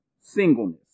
singleness